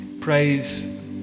praise